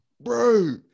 Bro